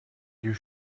you